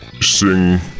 sing